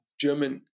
German